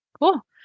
Cool